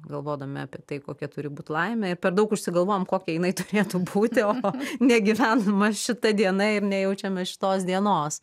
galvodami apie tai kokia turi būt laimė ir per daug užsigalvojam kokia jinai turėtų būti o negyvenama šita diena ir nejaučiame šitos dienos